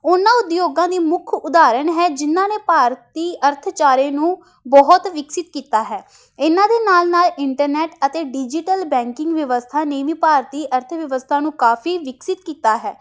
ਉਹਨਾਂ ਉਦਯੋਗਾਂ ਦੀ ਮੁੱਖ ਉਦਾਹਰਨ ਹੈ ਜਿਹਨਾਂ ਨੇ ਭਾਰਤੀ ਅਰਥਚਾਰੇ ਨੂੰ ਬਹੁਤ ਵਿਕਸਿਤ ਕੀਤਾ ਹੈ ਇਹਨਾਂ ਦੇ ਨਾਲ ਨਾਲ ਇੰਟਰਨੈਟ ਅਤੇ ਡਿਜੀਟਲ ਬੈਂਕਿੰਗ ਵਿਵਸਥਾ ਨੇ ਵੀ ਭਾਰਤੀ ਅਰਥ ਵਿਵਸਥਾ ਨੂੰ ਕਾਫ਼ੀ ਵਿਕਸਿਤ ਕੀਤਾ ਹੈ